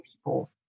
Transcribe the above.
people